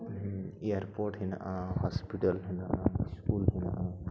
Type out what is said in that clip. airport ᱦᱮᱱᱟᱜᱼᱟ hospital ᱦᱮᱱᱟᱜᱼᱟ school ᱦᱮᱱᱟᱜᱼᱟ